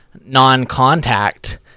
non-contact